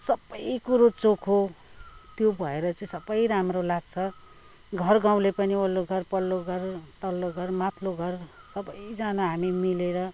सबै कुरो चोखो त्यो भएर चाहिँ सबै राम्रो लाग्छ घर गाउँले पनि अल्लो घर पल्लो घर तल्लो घर माथिलो घर सबैजाना हामी मिलेर